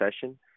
session